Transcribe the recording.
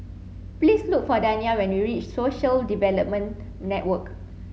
please look for Dania when you reach Social Development Network